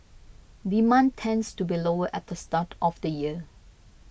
demand tends to be lower at the start of the year